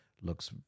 looks